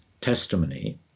testimony